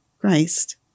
Christ